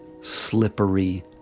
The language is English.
slippery